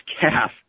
calf